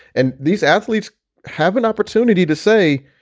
and these athletes have an opportunity to say.